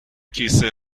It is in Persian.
کیسه